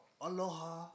aloha